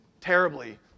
Terribly